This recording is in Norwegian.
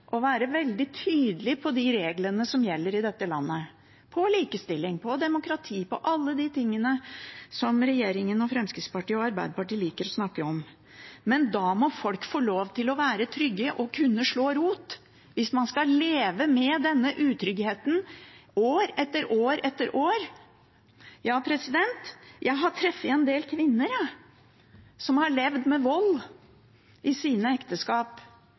være veldig tydelig på de reglene som gjelder i dette landet, på likestilling, på demokrati, på alle tingene som regjeringen og Fremskrittspartiet og Arbeiderpartiet liker å snakke om. Men da må folk få lov til å være trygge og kunne slå rot. Hvis man skal leve med denne utryggheten år etter år – ja, jeg har truffet en del kvinner som har levd med vold i sine ekteskap,